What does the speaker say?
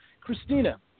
Christina